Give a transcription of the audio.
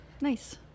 Nice